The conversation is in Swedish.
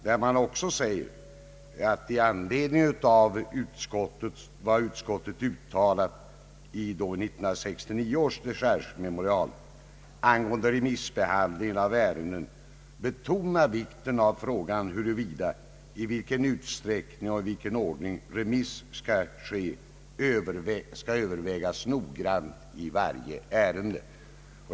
Där sägs också att man vill, i anledning av vad utskottet uttalat i 1969 års dechargememorial angående remissbehandling av ärenden, betona vikten av att frågan i vilken utsträckning och i vilken ordning remiss skall ske övervägs noggrant i varje ärende.